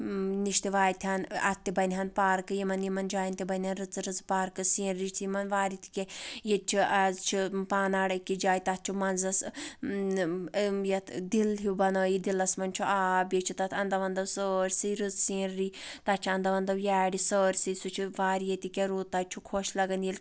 نِش تہِ واتہِ ہن اتھ تہِ بَنہِ ہن پارکہٕ یِمن یِمن جایَن تہِ بَنہِ ہَن رٕژ رٕژ پارکہٕ سیٖنری چھِ یِمن واریاہ ییٚتہِ چھِ اَز چھِ پاناڈ أکِی جایہِ تتَھ چھُ منٛزس یَتھ دِل ہِیوو بنٲیِتھ دِلس منٛز چھُ آب بیٚیہِ چُھِ تَتھ اَندو اَندو سٲرسٕے رٕژ سیٖنری تَتھ چھِ اَندو اَندو یارِ سٲرسٕے سُہ چھُ واریاہ کینٛہہ رُت تَتہِ چھُ خۄش لَگن ییٚلہِ